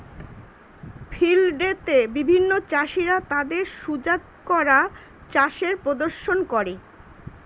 field day তে বিভিন্ন চাষীরা তাদের সুজাত করা চাষের প্রদর্শন করে